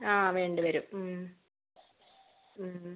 ആ വേണ്ടിവരും